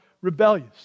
rebellious